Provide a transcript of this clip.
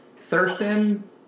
Thurston